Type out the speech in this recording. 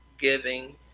giving